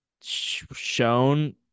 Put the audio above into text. shown